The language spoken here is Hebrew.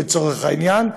לצורך העניין,